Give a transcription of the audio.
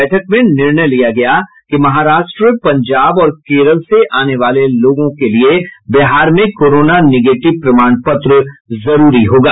बैठक में निर्णय लिया गया कि महाराष्ट्र पंजाब और केरल से आने वाले लोगों के लिए बिहार में कोरोना निगेटिव प्रमाण पत्र जरूरी होगा